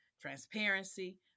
transparency